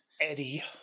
Eddie